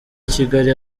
kigali